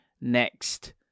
next